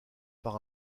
par